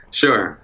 sure